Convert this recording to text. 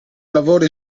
lavori